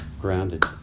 grounded